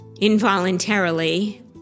involuntarily